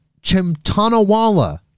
Chimtanawala